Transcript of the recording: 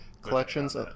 collections